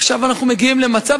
עכשיו אנחנו מגיעים למצב,